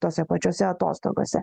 tose pačiose atostogose